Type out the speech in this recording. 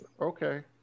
Okay